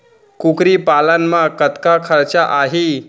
कुकरी पालन म कतका खरचा आही?